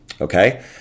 Okay